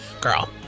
girl